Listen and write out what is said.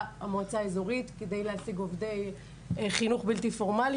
המועצה האזורית כדי להשיג עובדי חינוך בלתי פורמלי,